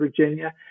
Virginia